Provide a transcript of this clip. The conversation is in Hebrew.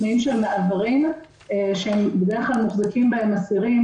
תנאים של מעברים שבדרך כלל מוחזקים בהם אסירים